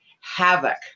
havoc